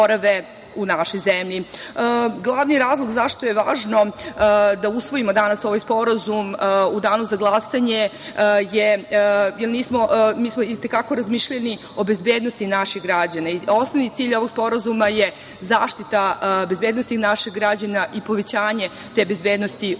zemlji. Glavni razlog zašto je važno da usvojimo danas ovaj sporazum u danu za glasanje jeste to što smo i te kako razmišljali o bezbednosti naših građana i osnovni cilj ovog Sporazuma je zaštita i bezbednost naših građana i povećanje te bezbednosti u godinama